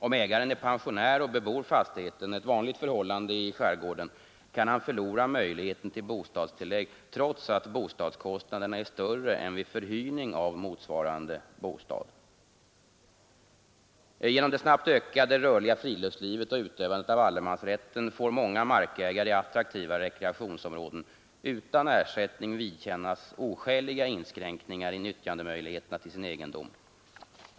Om ägaren är pensionär och bebor fastigheten, ett vanligt förhållande i skärgården, kan han förlora möjligheten till bostadstillägg trots att bostadskostnaderna är större än vid förhyrning av motsvarande bostad. Genom det snabbt ökande rörliga friluftslivet och utövandet av allemansrätten får många markägare i attraktiva rekreationsområden utan ersättning vidkännas oskäliga inskränkningar i nyttjandemöjligheterna till sin egendom.